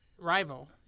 Rival